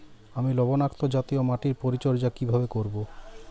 আমি লবণাক্ত জাতীয় মাটির পরিচর্যা কিভাবে করব?